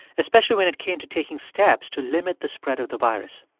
especially when it came to taking steps to limit the spread of the virus?